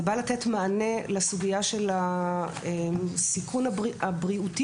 זה בא לתת מענה לסוגיית הסיכון הבריאותי